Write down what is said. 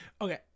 Okay